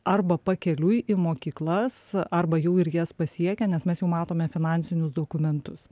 arba pakeliui į mokyklas arba jau ir jas pasiekia nes mes jau matome finansinius dokumentus